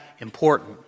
important